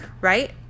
Right